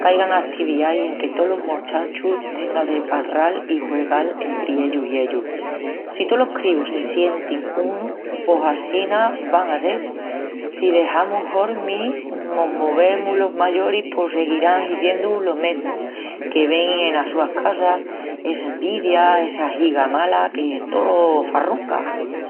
qu’aigan activiais en que tolos mochachus tengan de palral i juegal entri ellus i ellus. Si tolos críus se sientin unu pos assina van a sel. Si dexamus hormi mos movemus los mayoris pos siguirán hiziendu lo mesmu que vein enas sus casas, essa envidia, essa higa mala que tolo farrunga.